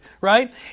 right